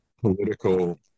political